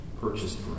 purchased